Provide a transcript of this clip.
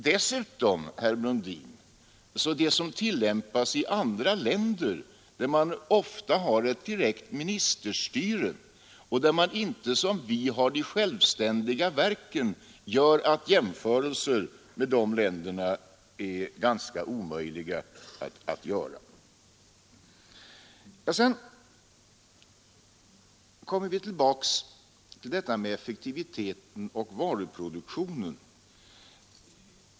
Dessutom, herr Brundin, medför det system som tillämpas i andra länder — där man ofta har ett direkt ministerstyre och där man inte som hos oss har de självständiga verken — att jämförelser med de länderna är ganska omöjliga att göra. Sedan kom vi tillbaka till talet om effektiviteten och varuproduktionen.